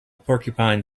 porcupine